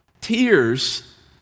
Tears